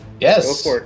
Yes